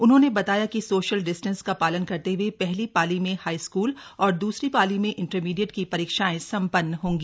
उन्होंने बताया कि सोशल डिस्टेंस का पालन करते हए पहली पाली में हाईस्कूल और दूसरी पाली में इंटरमीडिएट की परीक्षाएं संपन्न होंगी